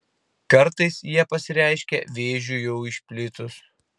kartais jie pasireiškia vėžiui jau išplitus